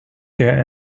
their